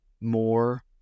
more